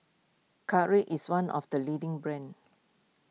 Caltrate is one of the leading brands